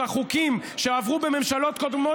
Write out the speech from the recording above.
את החוקים שעברו בממשלות קודמות,